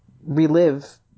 relive